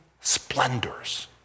splendors